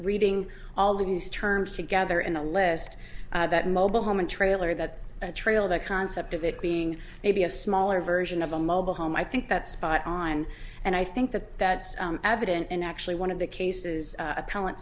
reading all these terms together in a list that mobile home and trailer that trail the concept of it being maybe a smaller version of a mobile home i think that spot on and i think that that's evident in actually one of the cases